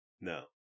no